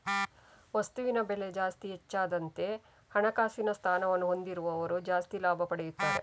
ವಸ್ತುವಿನ ಬೆಲೆ ಜಾಸ್ತಿ ಹೆಚ್ಚಾದಂತೆ ಹಣಕಾಸಿನ ಸ್ಥಾನವನ್ನ ಹೊಂದಿದವರು ಜಾಸ್ತಿ ಲಾಭ ಪಡೆಯುತ್ತಾರೆ